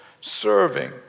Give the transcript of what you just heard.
serving